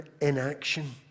inaction